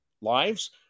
lives